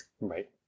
Right